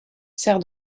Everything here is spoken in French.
sert